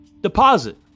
deposit